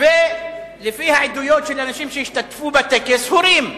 ולפי העדויות של אנשים שהשתתפו בטקס, הורים,